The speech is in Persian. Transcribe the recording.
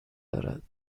دارد